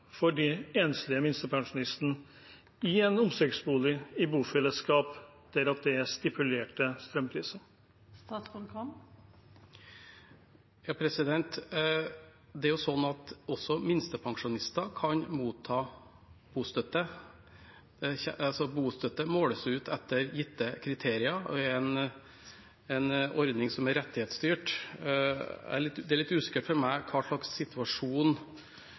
i en omsorgsbolig i bofellesskap der det er stipulerte strømpriser? Også minstepensjonister kan motta bostøtte. Bostøtte måles ut etter gitte kriterier og er en ordning som er rettighetsstyrt. Det er litt usikkert for meg hva slags situasjon